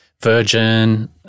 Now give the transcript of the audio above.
Virgin